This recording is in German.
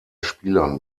spielern